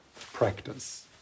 practice